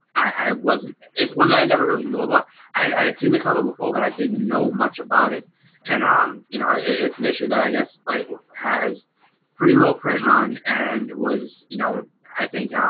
i wasn't is one that i never really know about i had seen the cover before but i didn't know much about it and um you, know it's an issue that i guess like has pretty low print run and was you know i think